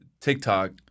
tiktok